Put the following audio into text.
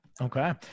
Okay